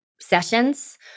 sessions